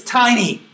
tiny